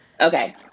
Okay